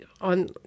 on